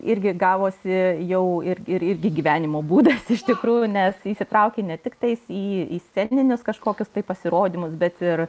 irgi gavosi jau ir irgi gyvenimo būdas iš tikrųjų nes įsitrauki ne tiktais į sceninius kažkokius tai pasirodymus bet ir